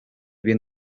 bien